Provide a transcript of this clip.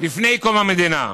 לפני קום המדינה.